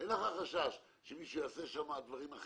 אין לך חשש שמישהו יעשה שם דברים אחרים.